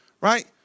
right